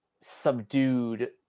subdued